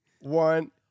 one